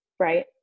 Right